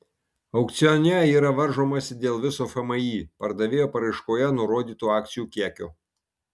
aukcione yra varžomasi dėl viso fmį pardavėjo paraiškoje nurodyto akcijų kiekio